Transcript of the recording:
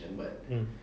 mm